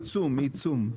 עיצום, עיצום.